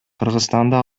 кыргызстанда